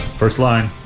first line